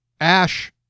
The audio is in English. Ash